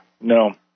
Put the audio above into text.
No